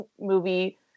movie